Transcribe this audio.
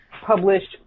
published